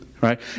right